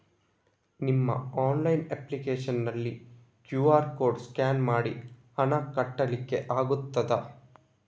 ನಿಮ್ಮ online application ನಲ್ಲಿ QR code scan ಮಾಡಿ ಹಣ ಕಟ್ಲಿಕೆ ಆಗ್ತದ?